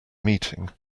meeting